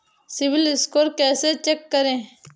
CIBIL score कैसे check करें?